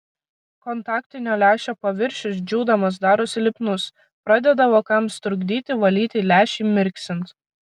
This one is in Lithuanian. kontaktinio lęšio paviršius džiūdamas darosi lipnus pradeda vokams trukdyti valyti lęšį mirksint